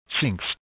sinks